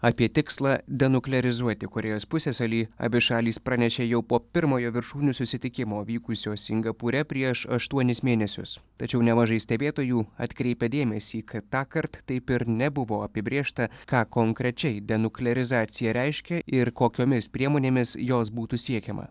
apie tikslą denuklearizuoti korėjos pusiasalį abi šalys pranešė jau po pirmojo viršūnių susitikimo vykusio singapūre prieš aštuonis mėnesius tačiau nemažai stebėtojų atkreipė dėmesį kad tąkart taip ir nebuvo apibrėžta ką konkrečiai denuklerizacija reiškia ir kokiomis priemonėmis jos būtų siekiama